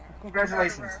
Congratulations